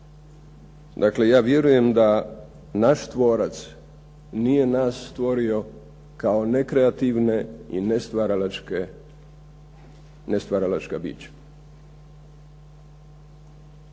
Dakle, ja vjerujem da naš tvorac nije naš stvorio kao nekreativna i nestvaralačka bića.